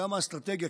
גם האסטרטגיה,